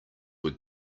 were